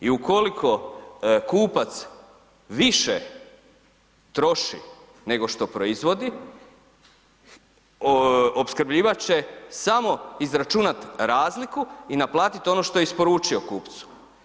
I ukoliko kupac više troši nego što proizvodi opskrbljivač će samo izračunati razliku i naplatit ono što je isporučio kupcu.